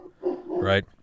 Right